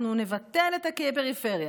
אנחנו נבטל את הפריפריה.